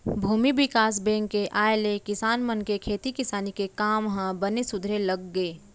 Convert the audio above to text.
भूमि बिकास बेंक के आय ले किसान मन के खेती किसानी के काम ह बने सुधरे लग गे